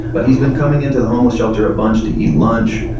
but he's been coming into the homeless shelter a bunch to eat lunch.